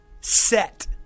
Set